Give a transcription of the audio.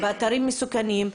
באתרים מסוכנים,